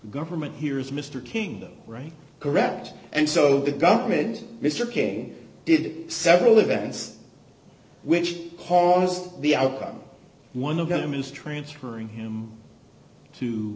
government here is mr kingdom right correct and so the government mr king did several events which was the outcome one of them is transferring him to